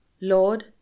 Lord